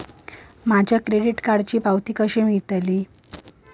माझ्या क्रेडीट कार्डची पावती कशी मिळतली?